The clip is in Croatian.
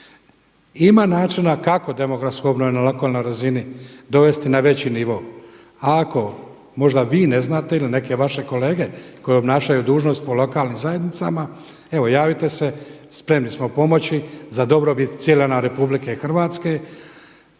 Ima načina kako demografsku obnovu na lokalnoj razini dovesti na veći nivo. Ako možda vi ne znate ili neke vaše kolege koje obnašaju dužnost po lokalnim zajednicama evo javite se, spremni smo pomoći za dobrobit cijele nam Republike Hrvatske.